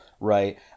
right